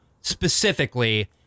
specifically